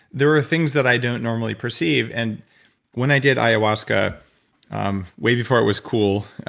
there were things that i don't normally perceive. and when i did i ayahuasca um way before it was cool,